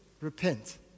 Repent